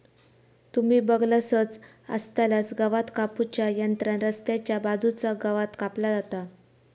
तुम्ही बगलासच आसतलास गवात कापू च्या यंत्रान रस्त्याच्या बाजूचा गवात कापला जाता